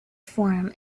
form